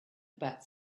about